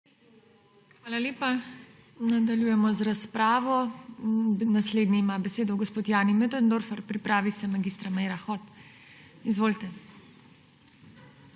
Hvala lepa. Nadaljujemo z razpravo. Naslednji ima besedo gospod Jani Möderndorfer, pripravi se mag. Meira Hot. Izvolite.